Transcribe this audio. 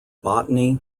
botany